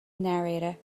narrator